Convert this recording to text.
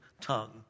tongue